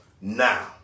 now